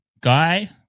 guy